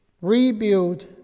rebuild